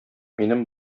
минем